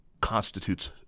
constitutes